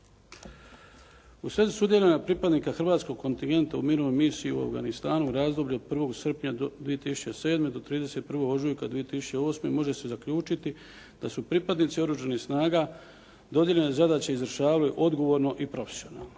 U svezi sudjelovanja pripadnika hrvatskog kontigenta u Mirovnoj misiji u Afganistanu u razdoblju od 1. srpnja 2007. do 31. ožujka 2008. može se zaključiti da su pripadnici oružanih snaga dodijeljene zadaće izvršavaju odgovorno i profesionalno.